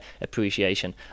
appreciation